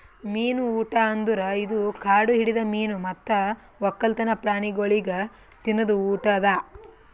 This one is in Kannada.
ಮೀನು ಊಟ ಅಂದುರ್ ಇದು ಕಾಡು ಹಿಡಿದ ಮೀನು ಮತ್ತ್ ಒಕ್ಕಲ್ತನ ಪ್ರಾಣಿಗೊಳಿಗ್ ತಿನದ್ ಊಟ ಅದಾ